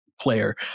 player